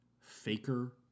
Faker